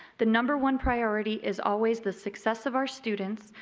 the number one priority is always the success of our students.